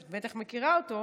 שאת בטח מכירה אותו,